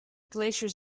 glaciers